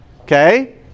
Okay